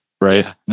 Right